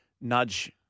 nudge